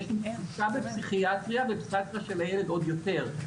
יש מחסור בפסיכיאטריה של הילד עוד יותר,